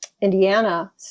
Indiana